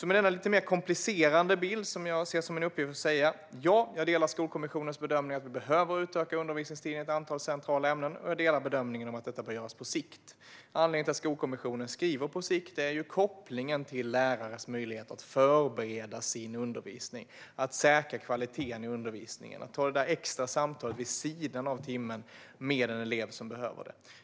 Med denna lite mer komplicerande bild, som jag ser som min uppgift att ge, vill jag säga: Ja, jag delar Skolkommissionens bedömning att vi behöver utöka undervisningstiden i ett antal centrala ämnen, och jag delar bedömningen att detta bör göras på sikt. Anledningen till att Skolkommissionen skriver "på sikt" är kopplingen till lärares möjligheter att förbereda sin undervisning, säkra kvaliteten i den och ta det där extra samtalet vid sidan av timmen med en elev som behöver det.